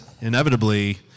inevitably